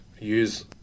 use